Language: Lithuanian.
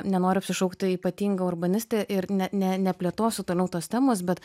nenoriu apsišaukti ypatinga urbaniste ir ne ne neplėtosiu toliau tos temos bet